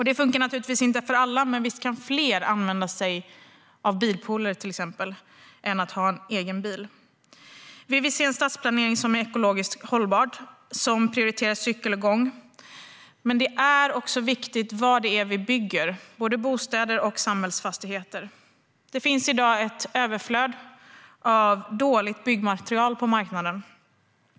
Detta funkar naturligtvis inte för alla, men visst kan fler använda sig av bilpooler i stället för att ha egen bil. Vi vill se en stadsplanering som är ekologiskt hållbar och som prioriterar cykel och gång. Men det är också viktigt vad vi bygger, när det gäller både bostäder och samhällsfastigheter. Det finns i dag ett överflöd av dåligt byggmaterial på marknaden.